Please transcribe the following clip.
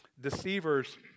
deceivers